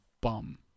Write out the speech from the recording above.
bum